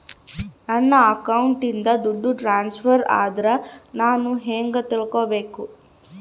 ನನ್ನ ಅಕೌಂಟಿಂದ ದುಡ್ಡು ಟ್ರಾನ್ಸ್ಫರ್ ಆದ್ರ ನಾನು ಹೆಂಗ ತಿಳಕಬೇಕು?